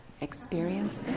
experience